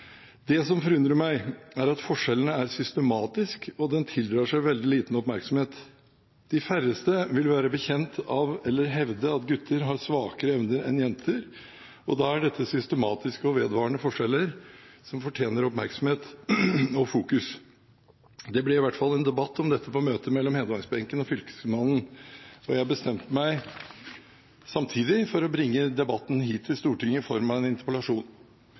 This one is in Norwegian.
Det som forundrer meg, er at forskjellen er systematisk, og den tildrar seg veldig liten oppmerksomhet. De færreste vil være bekjent av eller hevde at gutter har svakere evner enn jenter, og da er dette systematiske og vedvarende forskjeller som fortjener oppmerksomhet og fokus. Det ble i hvert fall en debatt om dette på møtet mellom Hedmarksbenken og Fylkesmannen, og jeg bestemte meg samtidig for å bringe debatten hit til Stortinget i form av en interpellasjon.